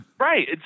Right